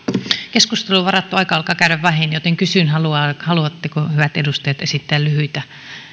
keskusteluun varattu aika alkaa käydä vähiin joten kysyn haluatteko hyvät edustajat esittää lyhyitä